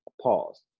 pause